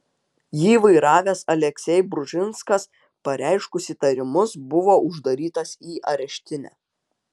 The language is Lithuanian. jį vairavęs aleksej bružinskas pareiškus įtarimus buvo uždarytas į areštinę